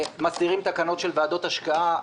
מסדירים תקנות של ועדות השקעה,